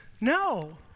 no